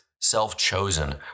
self-chosen